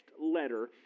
letter